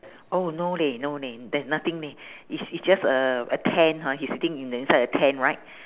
oh no leh no leh there's nothing leh is is just uh a tent ha he's sitting in a inside a tent right